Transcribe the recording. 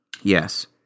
Yes